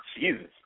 Jesus